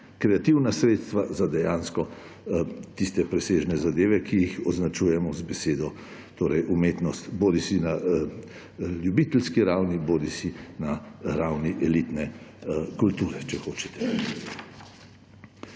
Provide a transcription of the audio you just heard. kreativna sredstva za dejansko tiste presežne zadeve, ki jih označujemo z besedo umetnost bodisi na ljubiteljski ravni bodisi na ravni elitne kulture, če hočete.